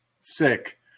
Sick